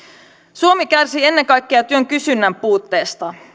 suomi kärsii ennen kaikkea työn kysynnän puutteesta